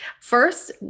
first